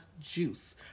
juice